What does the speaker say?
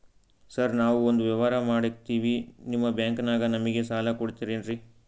Sir ನಾವು ಒಂದು ವ್ಯವಹಾರ ಮಾಡಕ್ತಿವಿ ನಿಮ್ಮ ಬ್ಯಾಂಕನಾಗ ನಮಿಗೆ ಸಾಲ ಕೊಡ್ತಿರೇನ್ರಿ?